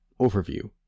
Overview